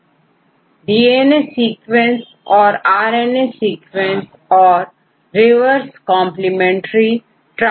यदि आपके पास डीएनए सीक्वेंस और आर एन ए सीक्वेंस तो आप रिवर्स कंप्लीमेंट्री पा सकते हैं